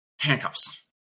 handcuffs